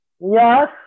Yes